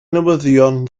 newyddion